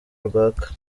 rwaka